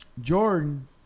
Jordan